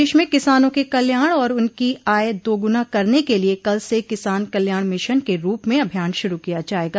प्रदेश में किसानों के कल्याण और उनकी आय दोगुना करने के लिए कल से किसान कल्याण मिशन के रूप में अभियान शुरू किया जायेगा